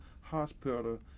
Hospital